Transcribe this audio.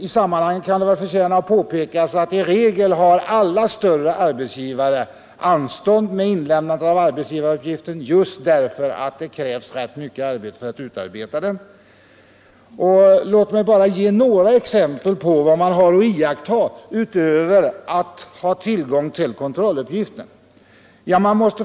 I sammanhanget kan det förtjäna påpekas att som regel har alla större arbetsgivare anstånd med inlämnande av arbetsgivaruppgiften just därför att det krävs rätt mycket arbete för att upprätta den. Låt mig bara ge några exempel på vad man har att iaktta utöver att man skall ha tillgång till kontrolluppgiften.